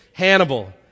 Hannibal